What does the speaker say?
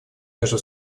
между